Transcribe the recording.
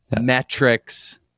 metrics